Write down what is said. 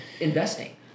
investing